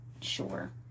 sure